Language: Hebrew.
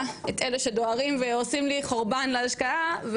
את אלה שדוהרים ועושים לי חורבן להשקעה,